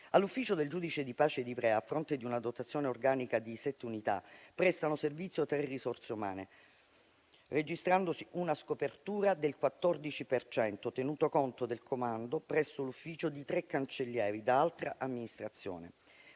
All'ufficio del giudice di pace di Ivrea, a fronte di una dotazione organica di sette unità, prestano servizio 3 risorse umane, registrandosi una scopertura del 14 per cento, tenuto conto del comando presso l'ufficio di 3 cancellieri da altra amministrazione.